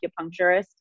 acupuncturist